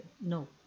No